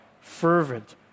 fervent